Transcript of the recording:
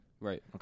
right